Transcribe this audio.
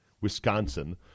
Wisconsin